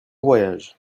voyage